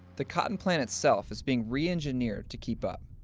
the cotton plant itself is being re-engineered to keep up.